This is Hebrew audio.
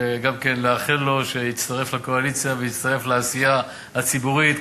וגם לאחל לו שיצטרף לקואליציה ויצטרף לעשייה הציבורית,